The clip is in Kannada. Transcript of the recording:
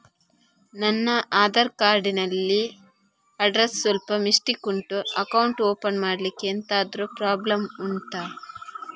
ನನ್ನ ಆಧಾರ್ ಕಾರ್ಡ್ ಅಲ್ಲಿ ಅಡ್ರೆಸ್ ಸ್ವಲ್ಪ ಮಿಸ್ಟೇಕ್ ಉಂಟು ಅಕೌಂಟ್ ಓಪನ್ ಮಾಡ್ಲಿಕ್ಕೆ ಎಂತಾದ್ರು ಪ್ರಾಬ್ಲಮ್ ಉಂಟಾ